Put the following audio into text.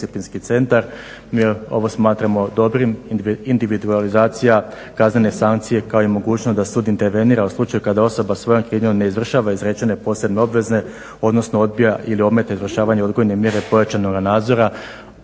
Jer ovo smatramo dobrim. Individualizacija kaznene sankcije kao i mogućnost da sud intervenira u slučaju kada osoba svojom krivnjom ne izvršava izrečene posebne obveze odnosno odbija ili ometa izvršavanje odgojne mjere pojačanoga nadzora,